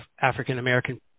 African-American